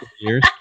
years